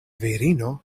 virino